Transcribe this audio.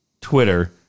Twitter